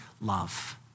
love